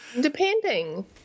Depending